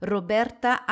Roberta